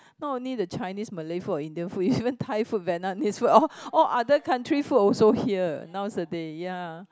not only the Chinese Malay food or Indian food is even Thai food Vietnamese food all all other country food also here nowadays ya